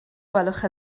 gwelwch